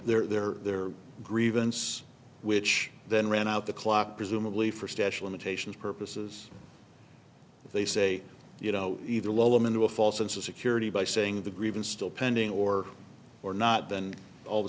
the their their grievance which then ran out the clock presumably for stash limitations purposes they say you know either lol i'm into a false sense of security by saying the grievance still pending or or not then all of a